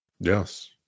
yes